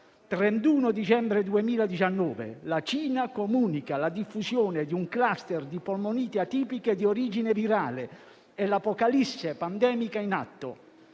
31 dicembre 2019: la Cina comunica la diffusione di un *cluster* di polmoniti atipiche di origine virale. È l'apocalisse pandemica in atto.